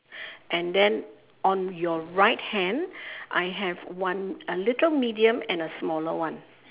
and then on your right hand I have one uh little medium and a smaller one